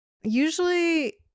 usually